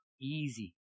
easy